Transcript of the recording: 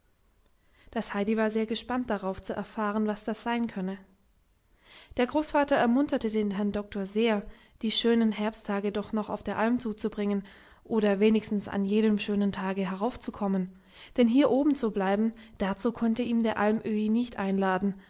das heidi war sehr gespannt darauf zu erfahren was das sein könne der großvater ermunterte den herrn doktor sehr die schönen herbsttage noch auf der alm zuzubringen oder wenigstens an jedem schönen tage heraufzukommen denn hier oben zu bleiben dazu konnte ihn der almöhi nicht einladen